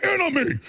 enemy